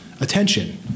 attention